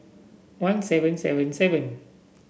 one seven seven seven